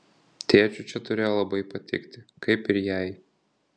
tėčiui čia turėjo labai patikti kaip ir jai